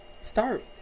start